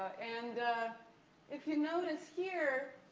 and if you notice, here,